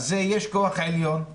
אז יש כוח עליון,